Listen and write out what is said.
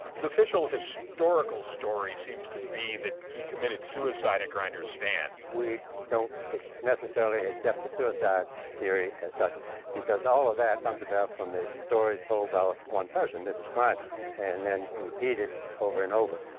the official historical story seems to be that he committed suicide at grinder's stand. we don't necessarily accept the suicide theory as such because all of that comes about from the stories told by one person, mrs. grinder. and then repeated over and over.